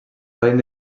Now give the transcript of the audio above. poden